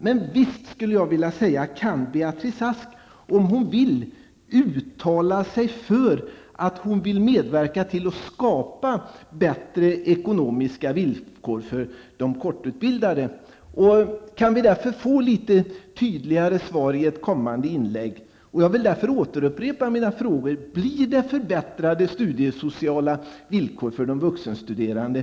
Men visst kan Beatrice Ask om hon vill uttala sig för att hon vill medverka till att skapa bättre ekonomiska villkor för de kortutbildade. Kan vi få ett tydligare svar i ett kommande inlägg? Jag vill upprepa mina frågor. Kommer det att bli förbättrade studiesociala villkor för de vuxenstuderande?